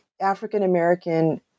African-American